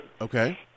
Okay